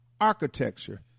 architecture